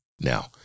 Now